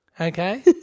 okay